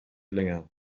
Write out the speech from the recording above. länger